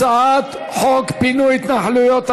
הצעת חוק פינוי ההתנחלויות,